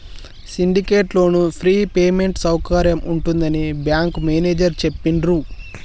syndicate loan free payment సౌకర్యం ఉంటుందని bank manager చెప్పిండ్రు